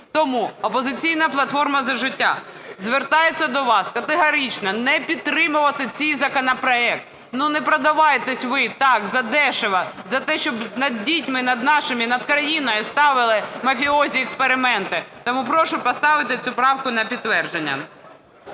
Тому "Опозиційна платформа – За життя" звертається до вас категорично не підтримувати цей законопроект. Ну не продавайтесь ви так задешево, за те, щоб над дітьми над нашими, над країною ставили мафіозі експерименти. Тому прошу поставити цю правку на підтвердження.